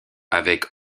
avec